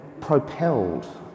propelled